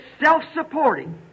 self-supporting